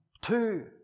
two